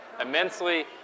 immensely